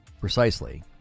Precisely